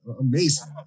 amazing